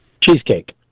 Cheesecake